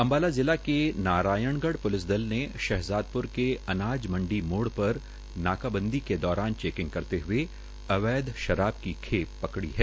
अम्बाला जिला के नारायणगढ़ प्लिस दल ने शहजांदप्र में अनाज मंडी मोड़ पर नाकाबंदी के दौरान चैकिंग करतेहए अवैध शराब की खेप पकडी है